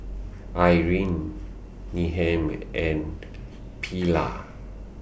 Irine Needham and Pearla